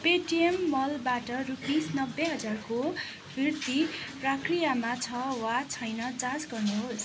Paytm मलबाट rupees नब्बे हजारको फिर्ती प्रक्रियामा छ वा छैन जाँच गर्नुहोस्